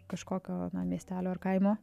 kažkokio miestelio ar kaimo